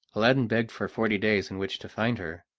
aladdin begged for forty days in which to find her,